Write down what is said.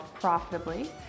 profitably